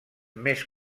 més